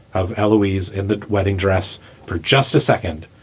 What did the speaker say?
of louise in wedding dress for just a second.